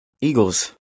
Eagles